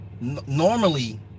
normally